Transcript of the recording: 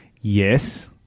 Yes